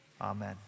Amen